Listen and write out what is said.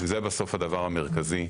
זה הדבר המרכזי.